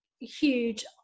huge